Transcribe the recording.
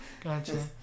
gotcha